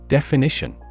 Definition